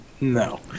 No